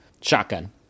shotgun